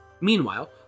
Meanwhile